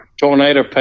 Tornado